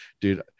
dude